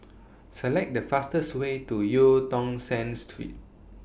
Select The fastest Way to EU Tong Sen Street